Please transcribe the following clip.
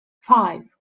five